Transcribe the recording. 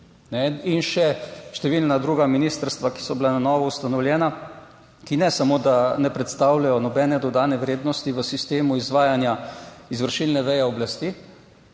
In še številna druga ministrstva, ki so bila na novo ustanovljena, ki ne samo, da ne predstavljajo nobene dodane vrednosti v sistemu izvajanja izvršilne veje oblasti,